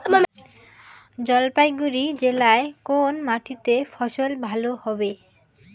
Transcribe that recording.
জলপাইগুড়ি জেলায় কোন মাটিতে ফসল ভালো হবে?